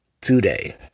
today